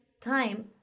time